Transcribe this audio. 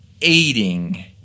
aiding